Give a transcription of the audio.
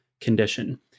condition